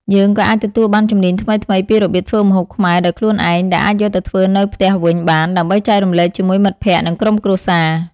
យើងក៏អាចទទួលបានជំនាញថ្មីៗពីរបៀបធ្វើម្ហូបខ្មែរដោយខ្លួនឯង ដែលអាចយកទៅធ្វើនៅផ្ទះវិញបាន ដើម្បីចែករំលែកជាមួយមិត្តភក្តិ និងក្រុមគ្រួសារ ។